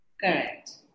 Correct